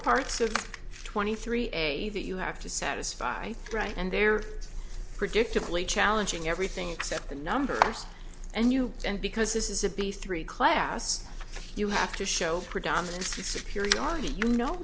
parts of twenty three that you have to satisfy right and they're predictably challenging everything except the numbers and you and because this is a base three class you have to show predominantly security are you know